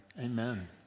Amen